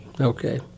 Okay